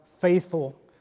faithful